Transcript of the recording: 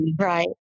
right